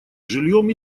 жильем